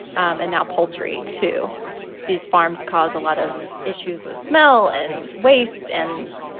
and now poultry to these farms cause a lot of issues with smell and waste and.